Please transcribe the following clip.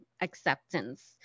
acceptance